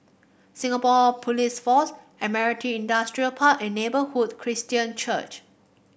Singapore Police Force Admiralty Industrial Park and Neighbourhood Christian Church